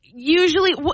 Usually